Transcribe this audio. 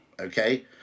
okay